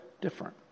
different